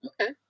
Okay